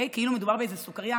כאילו מדובר בסוכריה,